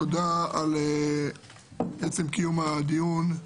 תודה על עצם קיום הדיון.